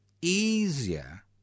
easier